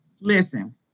Listen